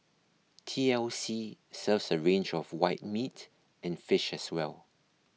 T L C serves a range of white meat and fish as well